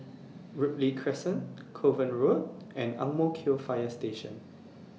Ripley Crescent Kovan Road and Ang Mo Kio Fire Station